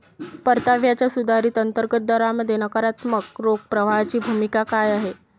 परताव्याच्या सुधारित अंतर्गत दरामध्ये नकारात्मक रोख प्रवाहाची भूमिका काय आहे?